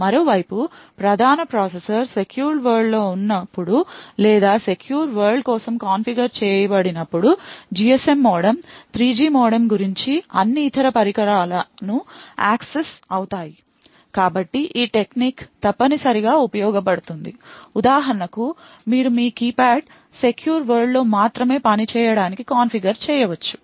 మరోవైపు ప్రధాన processor secure world లో ఉన్నప్పుడు లేదా సెక్యూర్ వరల్డ్ కోసం కాన్ఫిగర్ చేయబడి నప్పుడు GSM మోడెమ్ 3G మోడెమ్ మరియు అన్ని ఇతర పరికరాలు యాక్సెస్ అవుతాయి కాబట్టి ఈ టెక్నిక్ తప్పనిసరిగా ఉపయోగపడుతుంది ఉదాహరణకు మీరు కీప్యాడ్ సెక్యూర్ వరల్డ్ లో మాత్రమే పని చేయడానికి కాన్ఫిగర్ చేయవచ్చు